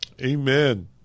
Amen